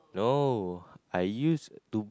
oh I used to